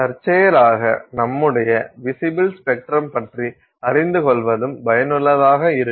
தற்செயலாக நம்முடைய visible spectrum பற்றி அறிந்து கொள்வதும் பயனுள்ளதாக இருக்கும்